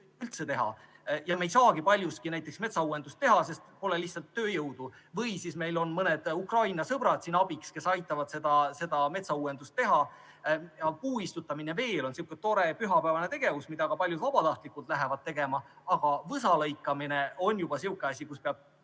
vastupidine. Me ei saagi paljuski näiteks metsauuendust teha, sest pole lihtsalt tööjõudu. Meil on siin mõned Ukraina sõbrad abiks, kes aitavad seda metsauuendust teha. Puuistutamine on veel sihuke tore pühapäevane tegevus, mida ka paljud vabatahtlikult lähevad tegema. Aga võsalõikamine on juba sihuke asi, kus peab